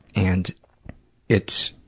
and it's,